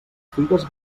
figues